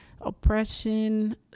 oppression